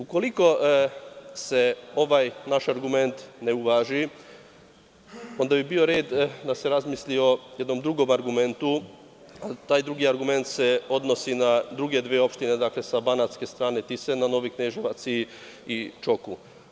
Ukoliko se ovaj naš argument ne uvaži, onda bi bio red da se razmisli o jednom drugom argumentu, a taj drugi argument se odnosi na druge dve opštine sa banatske strane Tise, na Novi Kneževac i Čoku.